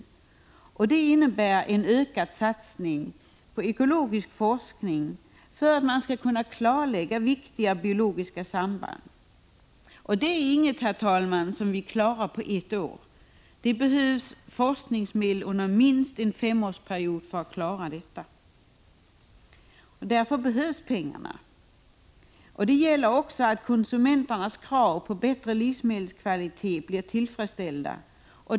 Det innebär en ökad satsning på ekologisk forskning för att klarlägga viktiga biologiska samband. Det är inget som vi klarar på ett år, herr talman! Det behövs forskningsmedel under minst en femårsperiod för att klara det. Därför behövs pengarna. Det gäller också att konsumenternas krav på bättre livsmedelskvalitet blir tillfredsställda.